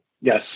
Yes